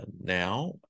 now